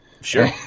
Sure